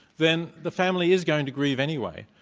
then the family is going to grieve anyway.